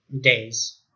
days